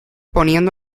poniendo